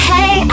Hey